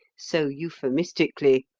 so euphemistically,